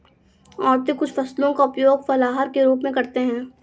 औरतें कुछ फसलों का उपयोग फलाहार के रूप में करते हैं